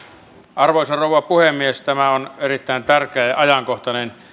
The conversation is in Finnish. arvoisa rouva puhemies tämä on erittäin tärkeä ja ja ajankohtainen